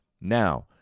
Now